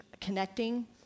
connecting